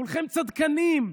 כולכם צדקנים.